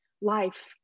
life